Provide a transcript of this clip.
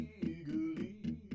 eagerly